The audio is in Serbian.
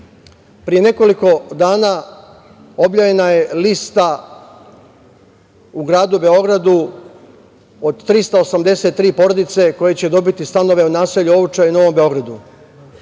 nekoliko dana objavljena je lista u gradu Beogradu od 383 porodice koje će dobiti stanove u naselju Ovča i Novom Beogradu.